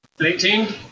18